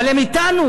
אבל הם אתנו.